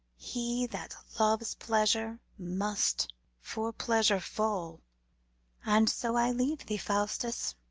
he that loves pleasure must for pleasure fall and so i leave thee, faustus,